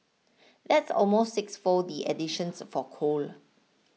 that's almost sixfold the additions for coal